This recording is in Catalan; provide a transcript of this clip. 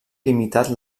limitat